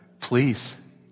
please